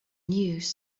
news